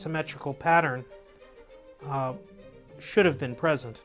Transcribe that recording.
symmetrical pattern should have been present